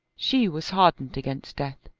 she was hardened against death.